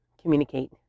communicate